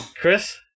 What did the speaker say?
Chris